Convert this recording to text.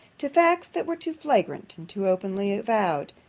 to facts that were too flagrant, and too openly avowed,